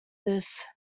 this